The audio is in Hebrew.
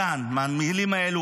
מהמילים האלו,